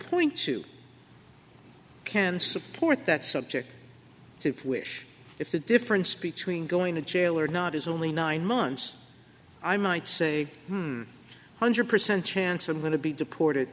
point to can support that subject to wish if the difference between going to jail or not is only nine months i might say hundred percent chance i'm going to be deported